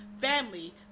family